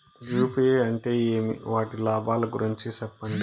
UPI అంటే ఏమి? వాటి లాభాల గురించి సెప్పండి?